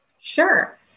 Sure